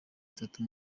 itatu